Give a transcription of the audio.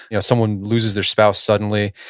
you know someone loses their spouse suddenly,